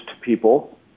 people